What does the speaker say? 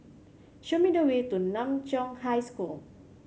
show me the way to Nan Chiau High School